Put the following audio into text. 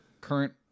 current